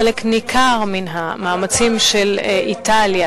חלק ניכר מן המאמצים של איטליה,